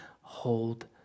Hold